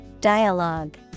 Dialogue